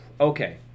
Okay